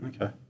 okay